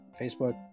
Facebook